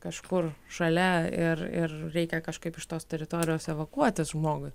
kažkur šalia ir ir reikia kažkaip iš tos teritorijos evakuotis žmogui